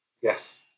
yes